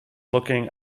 looking